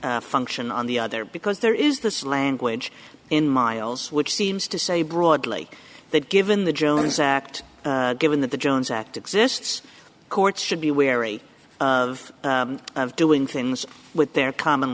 function on the other because there is this language in miles which seems to say broadly that given the jones act given that the jones act exists courts should be wary of of doing things with their common